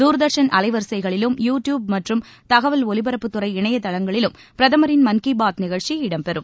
தூர்தர்ஷன் அலைவரிசைகளிலும் YouTube மற்றும் தகவல் ஒலிபரப்புத்துறை இணையதளங்களிலும் பிரதமரின் மன் கி பாத் நிகழ்ச்சி இடம் பெறும்